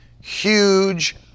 huge